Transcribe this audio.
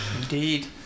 Indeed